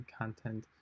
content